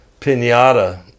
pinata